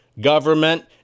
government